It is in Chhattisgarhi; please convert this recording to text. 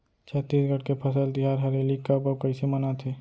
छत्तीसगढ़ के फसल तिहार हरेली कब अउ कइसे मनाथे?